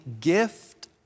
gift